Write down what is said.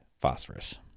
phosphorus